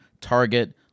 Target